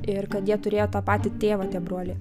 ir kad jie turėjo tą patį tėvą tie broliai